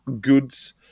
goods